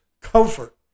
comfort